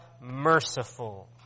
merciful